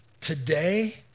today